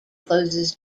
closes